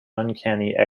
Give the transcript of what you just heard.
uncanny